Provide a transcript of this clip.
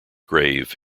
grave